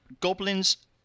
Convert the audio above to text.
goblins